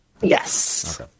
Yes